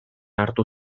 hartu